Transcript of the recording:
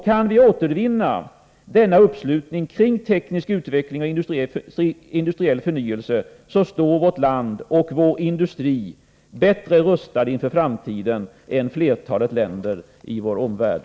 Kan vi återvinna denna uppslutning kring teknisk utveckling och industriell förnyelse, står vårt land och vår industri bättre rustade inför framtiden än flertalet länder i vår omvärld.